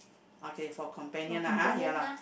okay for companion lah !huh! ya lah